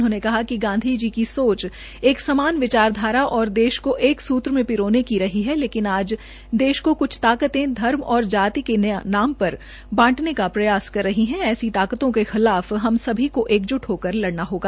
उन्होंने कहा कि गांधी जी की सोच एक समान विचारधारा और देश को एक सूत्र में पिरोने की रही है लेकिन आज देश को कुछ ताकते धर्मव जाति के नाम पर बांटने का प्रयास कर रही है ऐसी ताकतों के खिलाफ हम सभी को एक जुट होकर लड़ना होगा